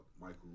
Michael